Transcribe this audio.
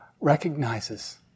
recognizes